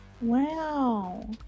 Wow